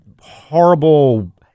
horrible